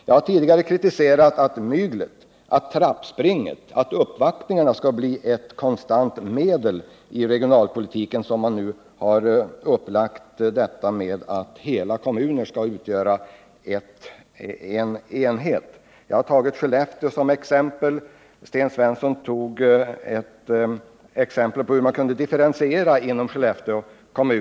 Jag har tidigare kritiserat att ”myglet”, trappspringet och uppvaktningarna skall bli konstanta medel i regionalpolitiken, så som man nu har lagt upp det med att varje kommun skall utgöra en enhet. Jag har tagit Skellefteå som exempel. Sten Svensson har försökt visa hur man kan göra en differentiering inom Skellefteå kommun.